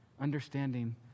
understanding